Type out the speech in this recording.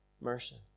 mercy